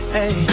Hey